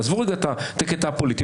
עזבו רגע את הקטע הפוליטי,